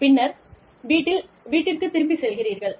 பின்னர் வீட்டிற்குத் திரும்பிச் செல்கிறீர்கள்